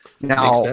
Now